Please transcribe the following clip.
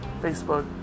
Facebook